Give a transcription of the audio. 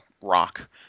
rock